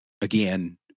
again